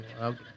okay